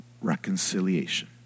reconciliation